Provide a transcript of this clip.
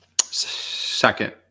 Second